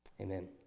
Amen